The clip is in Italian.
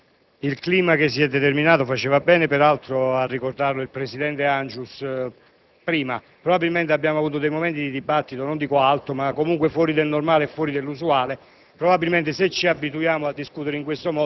e della profonda legalità), collaborerà per instaurare questo clima, non soltanto votando convintamente il provvedimento, ma confermando e rafforzando questo spirito. Su